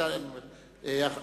סליחה,